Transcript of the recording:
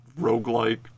roguelike